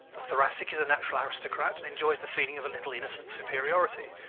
the thoracic is a natural aristocrat, and enjoys the feeling of a little innocent superiority.